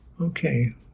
Okay